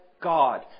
God